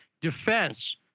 defense